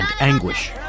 anguish